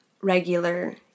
regular